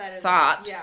Thought